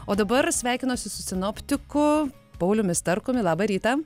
o dabar sveikinuosi su sinoptiku pauliumi starkumi labą rytą